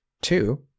two